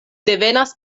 devenas